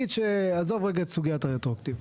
עזוב רגע את סוגיית הרטרואקטיבי.